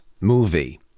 movie